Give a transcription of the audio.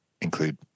include